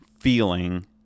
feeling